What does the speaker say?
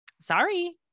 Sorry